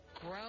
grow